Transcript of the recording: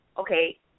okay